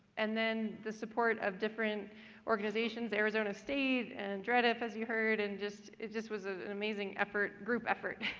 and then the support of different organizations. arizona state, and dredf as you heard, and just it just was an amazing effort group effort.